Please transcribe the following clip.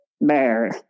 bear